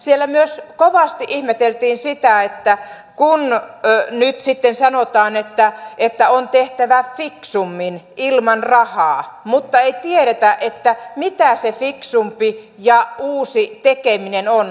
siellä myös kovasti ihmeteltiin sitä kun nyt sitten sanotaan että on tehtävä fiksummin ilman rahaa mutta ei tiedetä mitä se fiksumpi ja uusi tekeminen on